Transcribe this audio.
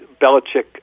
Belichick